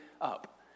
up